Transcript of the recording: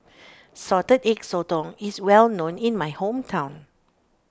Salted Egg Sotong is well known in my hometown